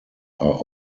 are